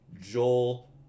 Joel